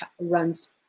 runs